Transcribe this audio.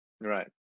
right